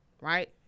right